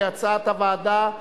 כהצעת הוועדה,